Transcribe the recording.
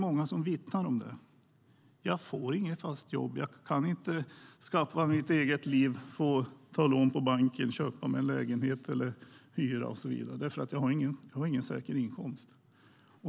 Många vittnar om det och säger: Jag får inget fast jobb, och jag kan inte skaffa mig ett eget liv, ta lån på banken eller köpa eller hyra en lägenhet, för jag har ingen säker inkomst.